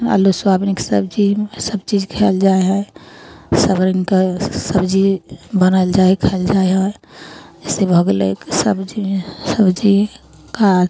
आलू सोआबिनके सब्जी सबचीज खाएल जाइ हइ सब रङ्गके सब्जी बनाएल जाइ हइ खाएल जाइ हइ जइसे भऽ गेलै सब्जीमे सब्जीके